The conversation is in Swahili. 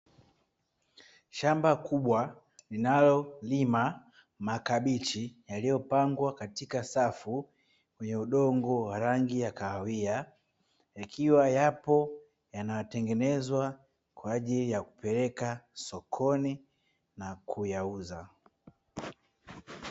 Shamba kubwa linalolima makabichi yaliyopangwa katika safu mwenye udongo wa rangi ya kahawia, akiwa yapo yanayotengenezwa kwa ajili ya kupeleka sokoni na kuyauza.